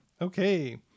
Okay